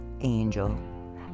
angel